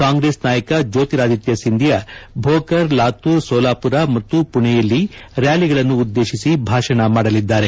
ಕಾಂಗ್ರೆಸ್ ನಾಯಕ ಜ್ಜೋತಿರಾದಿತ್ತ ಸಿಂಧಿಯಾ ಭೋಕರ್ ಲಾತೂರ್ ಸೋಲಾಮರ ಮತ್ತು ಮಣೆಯಲ್ಲಿ ರ್ಡಾಲಿಗಳನ್ನು ಉದ್ದೇಶಿಸಿ ಭಾಷಣ ಮಾಡಲಿದ್ದಾರೆ